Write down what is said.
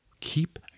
keep